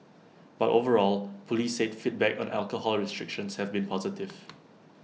but overall Police said feedback on the alcohol restrictions has been positive